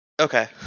Okay